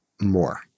more